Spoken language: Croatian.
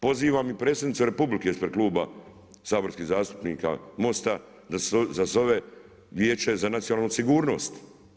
Pozivam i predsjednicu Republike ispred Kluba saborskih zastupnika MOST-a da sazove Vijeće za nacionalnu sigurnost.